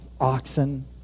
oxen